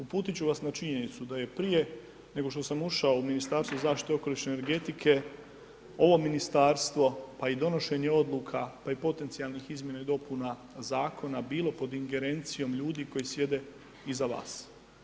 Uputit ću vas na činjenicu da je prije nego što sam ušao u Ministarstvo zaštite okoliša i energetike, ovo ministarstvo, pa i donošenje odluka, pa i potencijalnih izmjena i dopuna zakona, bilo pod ingerencijom ljudi koji sjede iza vas.